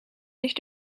nicht